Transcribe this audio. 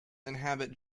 inhabit